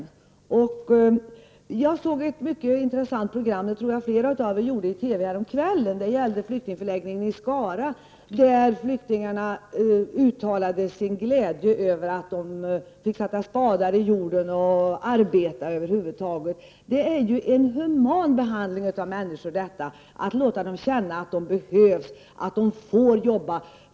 Jag, och säkert många andra, såg ett mycket intressant program i TV häromkvällen som handlade om flyktingförläggningen i Skara, där flyktingarna uttalade sin glädje över att de fick sätta spadar i jorden och att de över huvud taget fick arbeta. Det är ju en human behandling av människor att låta dem känna att de behövs och att de får jobba.